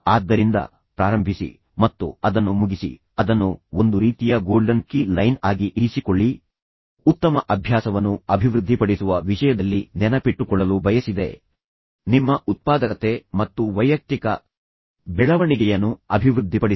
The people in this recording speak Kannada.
ಆದ್ದರಿಂದ ಪ್ರಾರಂಭಿಸಿ ಮತ್ತು ನಂತರ ನೀವು ಅದನ್ನು ಮುಗಿಸಿ ಮತ್ತು ಅದನ್ನು ಒಂದು ರೀತಿಯ ಗೋಲ್ಡನ್ ಕೀ ಲೈನ್ ಆಗಿ ಇರಿಸಿಕೊಳ್ಳಿ ಉತ್ತಮ ಅಭ್ಯಾಸವನ್ನು ಅಭಿವೃದ್ಧಿಪಡಿಸುವ ವಿಷಯದಲ್ಲಿ ನೆನಪಿಟ್ಟುಕೊಳ್ಳಲು ವಿಶೇಷವಾಗಿ ನೀವು ಬಯಸಿದರೆ ನಿಮ್ಮ ಉತ್ಪಾದಕತೆ ಮತ್ತು ವೈಯಕ್ತಿಕ ಬೆಳವಣಿಗೆಯನ್ನು ಅಭಿವೃದ್ಧಿಪಡಿಸಿ